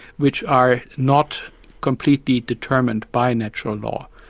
which are not completely determined by natural law.